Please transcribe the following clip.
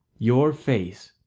your face,